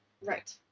Right